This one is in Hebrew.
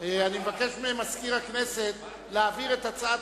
אני מבקש ממזכיר הכנסת להעביר את הצעת